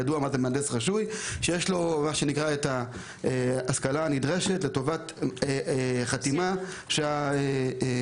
אומרת שיש לו את ההשכלה הנדרשת כדי לבחון את זה